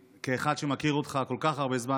כאחד שמכיר אותך כל כך הרבה זמן,